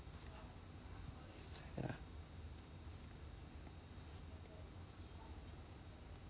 ya